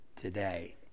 today